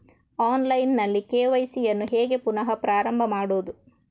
Online ನಲ್ಲಿ KYC ಯನ್ನು ಹೇಗೆ ಪುನಃ ಪ್ರಾರಂಭ ಮಾಡುವುದು?